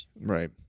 Right